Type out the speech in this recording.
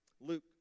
Luke